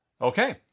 Okay